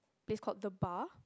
this called the Bar